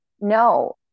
No